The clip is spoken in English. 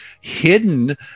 hidden